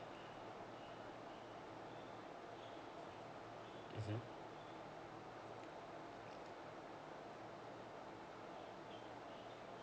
mmhmm